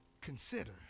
consider